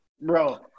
bro